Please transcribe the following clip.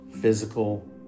physical